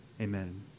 Amen